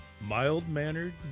mild-mannered